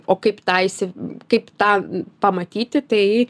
o kaip tą įsi kaip tą pamatyti tai